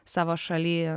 savo šaly